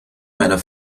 meiner